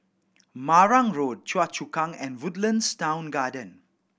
Marang Road Choa Chu Kang and Woodlands Town Garden